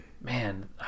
Man